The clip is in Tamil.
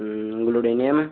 ம் உங்களுடைய நேமு